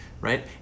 right